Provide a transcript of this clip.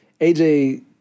aj